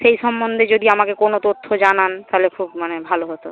সেই সম্বন্ধে যদি আমাকে কোনো তথ্য জানান তাহালে খুব মানে ভালো হতো